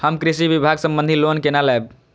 हम कृषि विभाग संबंधी लोन केना लैब?